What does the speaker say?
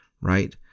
right